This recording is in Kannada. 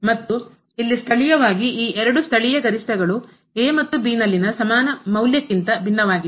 ಮತ್ತು ಇಲ್ಲಿ ಸ್ಥಳೀಯವಾಗಿ ಈ ಎರಡು ಸ್ಥಳೀಯ ಗರಿಷ್ಠಗಳು ಮತ್ತು ನಲ್ಲಿನ ಸಮಾನ ಮೌಲ್ಯಕ್ಕಿಂತ ಭಿನ್ನವಾಗಿವೆ